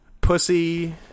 pussy